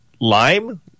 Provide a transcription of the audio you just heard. lime